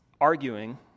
arguing